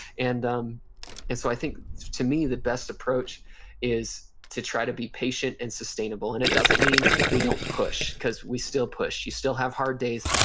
and um and so i think to me the best approach is to try to be patient and sustainable and it doesn't mean we don't push, because we still push. you still have hard days,